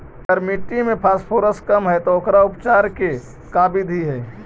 अगर मट्टी में फास्फोरस कम है त ओकर उपचार के का बिधि है?